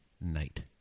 night